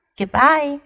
goodbye